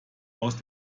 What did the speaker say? aus